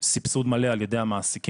סבסוד מלא על ידי המעסיקים.